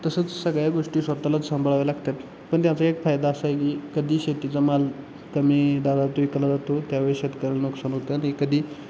तसंच सगळ्या गोष्टी स्वतःलाच सांभाळाव्या लागत्यात पण त्याचा एक फायदा असा आहे की कधी शेतीचा माल कमी दरात विकला जातो त्यावेळेस शेतकऱ्याला नुकसान होतं आणि कधी